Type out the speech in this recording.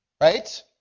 right